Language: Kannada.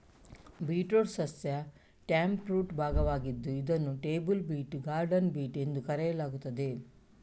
ಬೀಟ್ರೂಟ್ ಸಸ್ಯ ಟ್ಯಾಪ್ರೂಟ್ ಭಾಗವಾಗಿದ್ದು ಇದನ್ನು ಟೇಬಲ್ ಬೀಟ್, ಗಾರ್ಡನ್ ಬೀಟ್ ಎಂದು ಕರೆಯಲಾಗುತ್ತದೆ